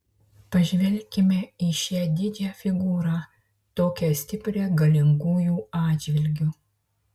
pažvelkime į šią didžią figūrą tokią stiprią galingųjų atžvilgiu